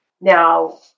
Now